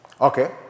Okay